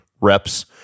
reps